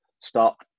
stop